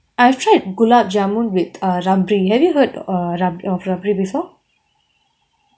I've tried gulab jamun with ah rabri have you heard a of rabri before